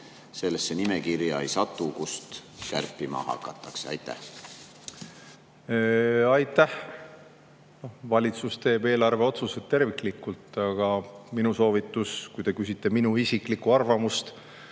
sellesse nimekirja ei satu, kust kärpima hakatakse? Aitäh! Valitsus teeb eelarveotsuseid terviklikult, aga minu soovitus, kui te küsite minu isiklikku arvamust,